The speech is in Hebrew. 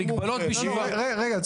המגבלות --- לא, רגע.